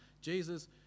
Jesus